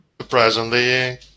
Surprisingly